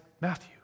Matthew